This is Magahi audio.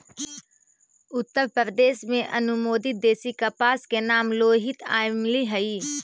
उत्तरप्रदेश में अनुमोदित देशी कपास के नाम लोहित यामली हई